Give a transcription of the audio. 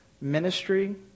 ministry